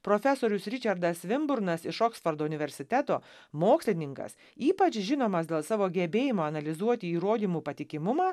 profesorius ričardas svinburnas iš oksfordo universiteto mokslininkas ypač žinomas dėl savo gebėjimo analizuoti įrodymų patikimumą